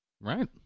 Right